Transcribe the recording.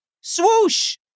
Swoosh